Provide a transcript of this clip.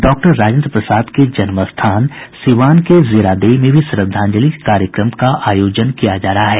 doctor Rajendra Prasad के जन्म स्थान सीवान के जीरादेई में भी श्रद्धांजलि कार्यक्रम का आयोजन किया जा रहा है